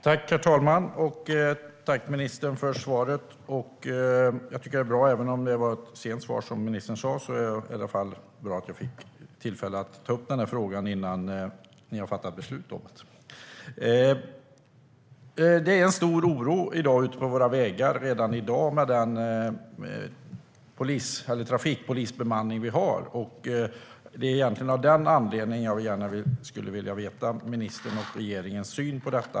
Herr talman! Jag tackar ministern för svaret. Även om svaret har dröjt är det bra att jag får tillfälle att ta upp denna fråga innan ni fattar beslut. Det är redan i dag, med den trafikpolisbemanning som vi har, en stor oro ute på våra vägar. Det är egentligen av denna anledning som jag skulle vilja veta ministerns och regeringens syn på detta.